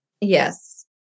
Yes